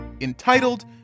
entitled